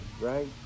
right